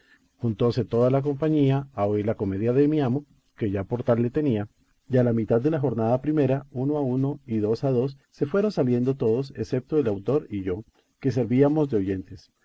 comedias juntóse toda la compañía a oír la comedia de mi amo que ya por tal le tenía y a la mitad de la jornada primera uno a uno y dos a dos se fueron saliendo todos excepto el autor y yo que servíamos de oyentes